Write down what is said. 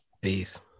Peace